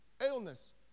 illness